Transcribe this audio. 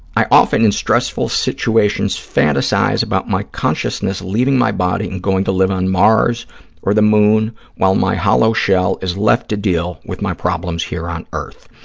i often in stressful situations fantasize about my consciousness leaving my body and going to live on mars or the moon while my hollow shell is left to deal with my problems here on earth.